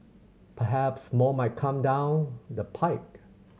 perhaps more might come down the pike